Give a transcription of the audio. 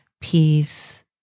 peace